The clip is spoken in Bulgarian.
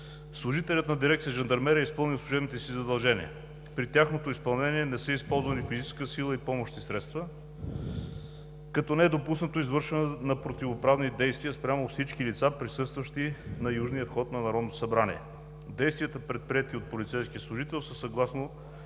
служителят на дирекция „Жандармерия“ е изпълнил служебните си задължения. При тяхното изпълнение не са използвани физическа сила и помощни средства, като не е допуснато извършването на противоправни действия спрямо всички лица, присъстващи на южния вход на Народното събрание. Действията, предприети от полицейския служител, са съгласно